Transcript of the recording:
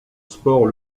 sport